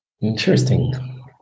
Interesting